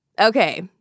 Okay